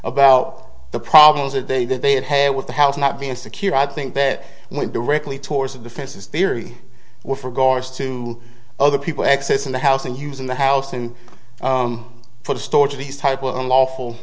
about the problems that they that they had had with the house not being secure i think that went directly towards the defense's theory were for guards to other people accessing the house and using the house and for the storage of these type of unlawful